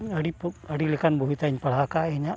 ᱟᱹᱰᱤ ᱟᱹᱰᱤ ᱞᱮᱠᱟᱱ ᱵᱳᱭ ᱛᱟᱭ ᱯᱟᱲᱦᱟᱣ ᱠᱟᱜ ᱤᱧᱟᱹᱜ